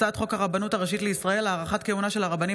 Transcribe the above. הצעת חוק הרבנות הראשית לישראל (הארכת כהונה של הרבנים